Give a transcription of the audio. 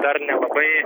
dar nelabai